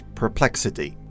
perplexity